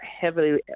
heavily